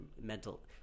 Mental